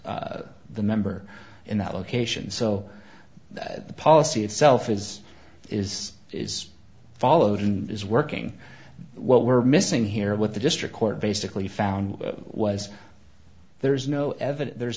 the member in that location so policy itself is is is followed and is working what we're missing here what the district court basically found was there is no evidence there's